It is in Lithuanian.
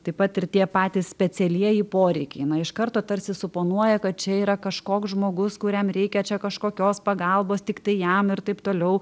taip pat ir tie patys specialieji poreikiai iš karto tarsi suponuoja kad čia yra kažkoks žmogus kuriam reikia čia kažkokios pagalbos tiktai jam ir taip toliau